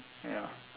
ya